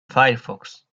firefox